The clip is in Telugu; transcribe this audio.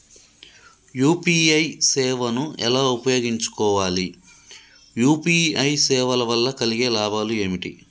యూ.పీ.ఐ సేవను ఎలా ఉపయోగించు కోవాలి? యూ.పీ.ఐ సేవల వల్ల కలిగే లాభాలు ఏమిటి?